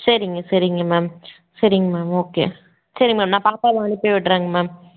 சரிங்க சரிங்க மேம் சரிங்க மேம் ஓகே சரி மேம் நான் பாப்பாவை அனுப்பிவிட்றேங்க மேம்